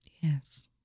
Yes